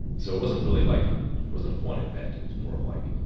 so it wasn't really like a it wasn't one event. it was more of like,